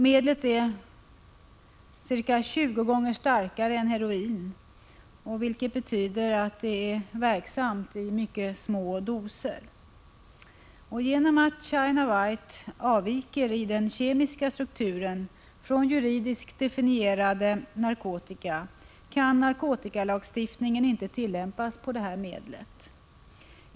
Medlet är ca 20 gånger starkare än heroin, vilket betyder att det är verksamt även i mycket små doser. Eftersom ”China White” avviker i den kemiska strukturen från juridiskt definierade narkotikapreparat, kan narkotikalagstiftningen inte tillämpas på medlet.